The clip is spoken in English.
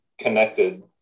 connected